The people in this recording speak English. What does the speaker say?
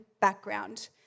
background